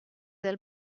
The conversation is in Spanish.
del